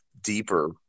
deeper